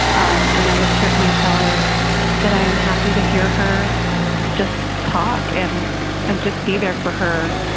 um and i would certainly tell her that i am happy to hear her just talk and and just be there for her.